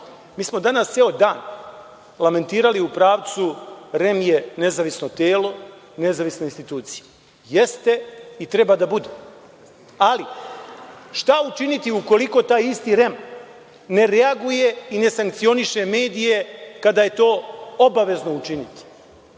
Mi smo danas ceo dan lementirali u pravcu, REM je nezavisno telo, nezavisno instituciji. Jeste i treba da bude, ali šta učiniti ukoliko taj isti REM ne reaguje i ne sankcioniše medije kada je to obavezno učiniti.